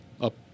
up